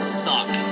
suck